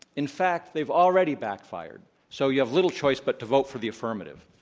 in fact, they've already backfired so you have little choice but to vote for the affirmative.